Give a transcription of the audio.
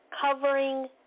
covering